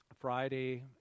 Friday